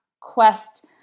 quest